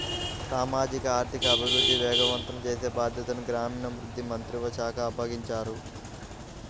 సామాజిక ఆర్థిక అభివృద్ధిని వేగవంతం చేసే బాధ్యతను గ్రామీణాభివృద్ధి మంత్రిత్వ శాఖకు అప్పగించారు